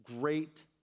great